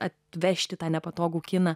atvežti tą nepatogų kiną